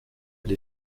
elle